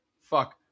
Fuck